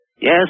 Yes